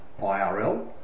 IRL